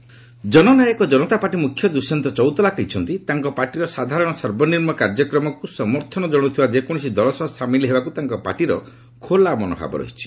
JJP Chautala Jannayak Janata Party ମୁଖ୍ୟ ଦୁଷ୍ୟନ୍ତ ଚୌତାଲା କହିଛନ୍ତି ତାଙ୍କ ପାର୍ଟିର ସାଧାରଣ ସର୍ବନିମୁ କାର୍ଯ୍ୟକ୍ରମକୁ ସମର୍ଥନ ଜଣାଉଥିବା ଯେକୌଣସି ଦଳ ସହ ସାମିଲ ହେବାକୁ ତାଙ୍କ ପାର୍ଟିର ଖୋଲା ମନୋଭାବ ରଖିଛି